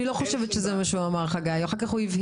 אחות וכו'.